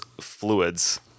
fluids